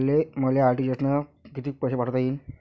मले आर.टी.जी.एस न कितीक पैसे पाठवता येईन?